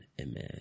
amen